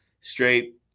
straight